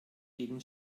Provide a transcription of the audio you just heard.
gegen